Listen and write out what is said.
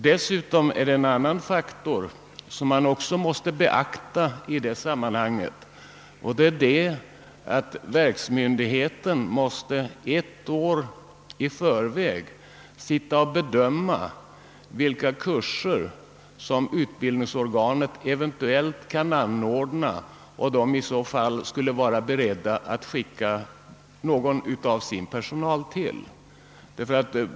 Dessutom är det en annan faktor som man också måste beakta i det sammanhanget, nämligen att verksmyndigheten ett år i förväg måste bedöma vilka kurser som utbildningsorganet eventuellt kan anordna och till vilka verksmyndigheten i så fall skulle vara beredd att skicka någon personal.